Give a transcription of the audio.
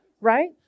Right